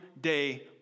day